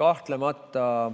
kahtlemata